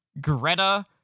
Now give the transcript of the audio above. Greta